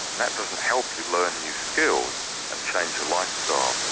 and that doesn't help you learn new skills and change your lifestyle.